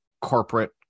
corporate